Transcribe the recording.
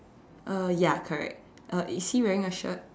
uh ya correct uh is he wearing a shirt